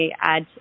add